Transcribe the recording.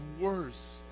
worse